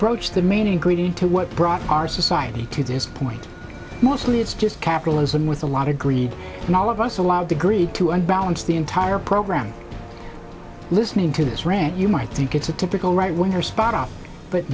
approach the main ingredient to what brought our society to this point mostly it's just capitalism with a lot of greed and all of us allowed to greed to unbalance the entire program listening to this rant you might think it's a typical right wing or spot out but